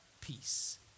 peace